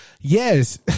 yes